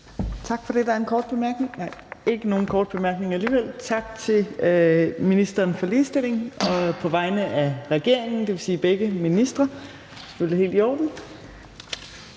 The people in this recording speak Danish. Tak for det. Der er en kort bemærkning. Nej, der er ikke nogen kort bemærkning alligevel. Tak til ministeren for ligestilling, som talte på vegne af regeringen, dvs. begge ministre. Det er selvfølgelig helt i orden.